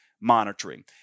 Monitoring